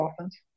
offense